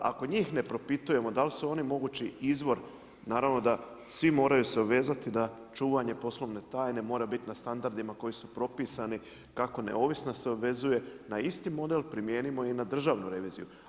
Ako njih ne propitujemo da li su oni mogući izvor, naravno, da svi moraju se obvezati na čuvanje poslovne tajne mora biti na standardima koji su propisani kako neovisna se obvezuje na isti model primijenimo i na Državnu reviziju.